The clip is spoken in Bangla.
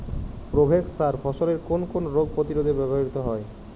প্রোভেক্স সার ফসলের কোন কোন রোগ প্রতিরোধে ব্যবহৃত হয়?